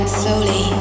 slowly